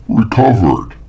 recovered